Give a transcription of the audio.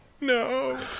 No